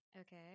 Okay